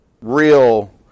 real